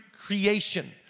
creation